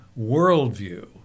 worldview